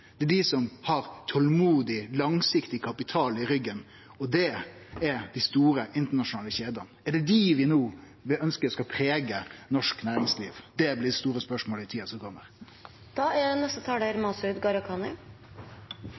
det er dei som har tolmodig, langsiktig kapital i ryggen, og det er dei store internasjonale kjedene. Er det dei vi no ønskjer skal prege norsk næringsliv? Det er det store spørsmålet i tida som kjem. Utelivsbransjen blør. Lørdag møtte jeg Thomas og Jan-Ole, som er